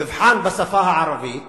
המבחן בשפה הערבית